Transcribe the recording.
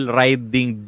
riding